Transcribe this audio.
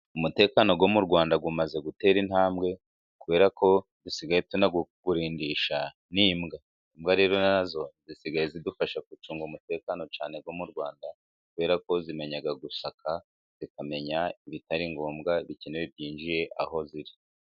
Umutekano wo mu Rwanda umaze gutera intambwe, kubera ko disigaye tunawurindisha n'imbwa. Imbwa rero nazo zisigaye zidufasha gucunga umutekano cyane mu Rwanda, kubera ko zimenya gusaka, zikamenya ibitari ngombwa bikenewe, byinjiye aho ziri.